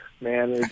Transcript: man